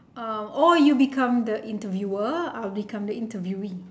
uh or you become the interviewer I will become the interviewee